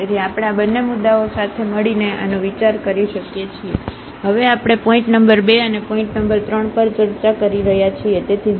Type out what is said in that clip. તેથી આપણે આ બંને મુદ્દાઓ સાથે મળીને આનો વિચાર કરી શકીએ છીએ તેથી હવે આપણે પોઇન્ટ નંબર 2 અને પોઇન્ટ નંબર 3 પર ચર્ચા કરી રહ્યા છીએ તેથી 0 અને ± 12